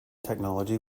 technology